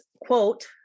quote